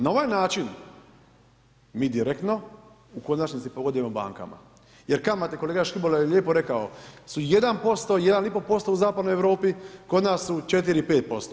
Na ovaj način mi direktno u konačnici pogodujemo bankama jer kamate, kolega Škibola je lijepo rekao su 1%, 1,5% u zapadnoj Europi, kod nas su 4, 5%